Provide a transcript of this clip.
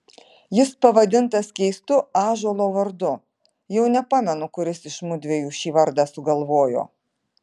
jis pavadintas keistu ąžuolo vardu jau nepamenu kuris iš mudviejų šį vardą sugalvojo